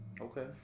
Okay